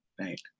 right